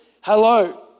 Hello